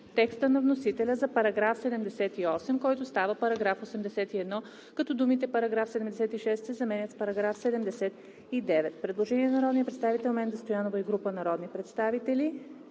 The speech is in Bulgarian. текста на вносителя за § 78, който става § 81, като думите „Параграф 76“ се заменят с „Параграф 79“. Предложение на народния представител Менда Стоянова и група народни представители.